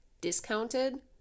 discounted